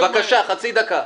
בבקשה, חצי דקה.